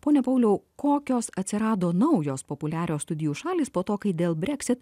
pone pauliau kokios atsirado naujos populiarios studijų šalys po to kai dėl brexit